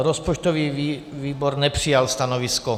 Rozpočtový výbor nepřijal stanovisko.